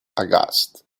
aghast